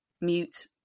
mute